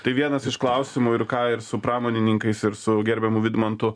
tai vienas iš klausimų ir ką ir su pramonininkais ir su gerbiamu vidmantu